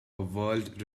world